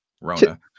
Rona